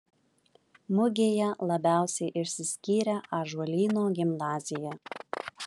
mugėje labiausiai išsiskyrė ąžuolyno gimnazija